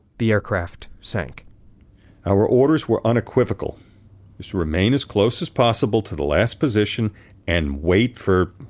the aircraft sank our orders were unequivocal to remain as close as possible to the last position and wait for